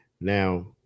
Now